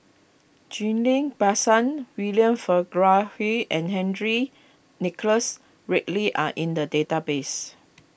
Ghillie Basan William Farquhar and Henry Nicholas Ridley are in the database